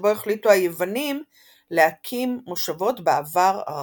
שבו החליטו היוונים להקים מושבות בעבר הרחוק.